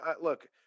look